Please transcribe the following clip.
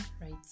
right